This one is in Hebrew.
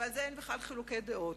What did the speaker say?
ועל זה אין בכלל חילוקי דעות.